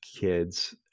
kids